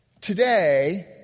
Today